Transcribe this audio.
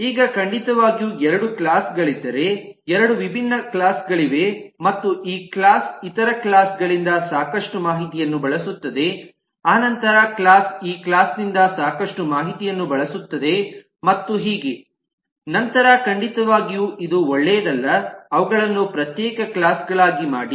ಈಗ ಖಂಡಿತವಾಗಿಯೂ ಎರಡು ಕ್ಲಾಸ್ಗಳಿದ್ದರೆ ಎರಡು ವಿಭಿನ್ನ ಕ್ಲಾಸ್ ಗಳಿವೆ ಮತ್ತು ಈ ಕ್ಲಾಸ್ ಇತರ ಕ್ಲಾಸ್ ಗಳಿಂದ ಸಾಕಷ್ಟು ಮಾಹಿತಿಯನ್ನು ಬಳಸುತ್ತದೆ ಆ ಕ್ಲಾಸ್ ಈ ಕ್ಲಾಸ್ ನಿಂದ ಸಾಕಷ್ಟು ಮಾಹಿತಿಯನ್ನು ಬಳಸುತ್ತದೆ ಮತ್ತು ಹೀಗೆ ನಂತರ ಖಂಡಿತವಾಗಿಯೂ ಇದು ಒಳ್ಳೆಯದಲ್ಲ ಅವುಗಳನ್ನು ಪ್ರತ್ಯೇಕ ಕ್ಲಾಸ್ಗಳಾಗಿ ಮಾಡಿ